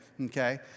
Okay